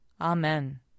Amen